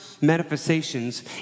manifestations